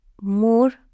more